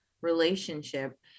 relationship